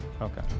Okay